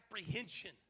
apprehension